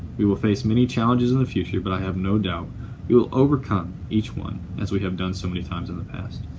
we will face many challenges in the future, but i have no doubt we will overcome each one as we have done so many times in the past.